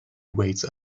waits